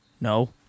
no